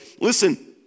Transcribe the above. listen